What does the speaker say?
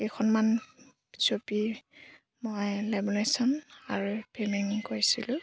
কেইখনমান ছবি মই লেমিনেশ্যন আৰু ফ্ৰেমিং কৰিছিলোঁ